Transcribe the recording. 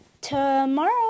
tomorrow